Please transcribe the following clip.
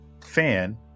fan